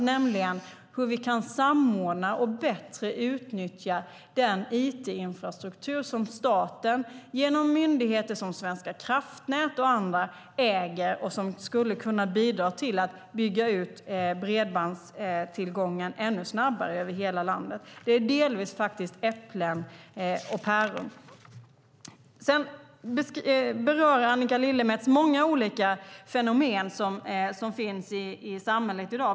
Utredningen ska handla om hur vi kan samordna och bättre utnyttja den it-infrastruktur som staten genom myndigheter som Svenska kraftnät och andra äger och som skulle kunna bidra till att bygga ut bredbandstillgången ännu snabbare över hela landet. Detta är delvis äpplen och päron. Annika Lillemets berör många olika fenomen som finns i samhället i dag.